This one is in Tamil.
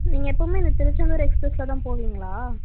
நீங்கள் எப்பவுமே இந்த திருச்செந்தூர் எக்ஸ்பிரஸில் தான் போவீங்களா